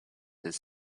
his